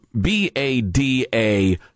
B-A-D-A